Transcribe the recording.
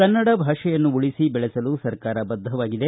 ಕನ್ನಡ ಭಾಷೆಯನ್ನು ಉಳಿಸಿ ಬೆಳೆಸಲು ಸರ್ಕಾರ ಬದ್ದವಾಗಿದೆ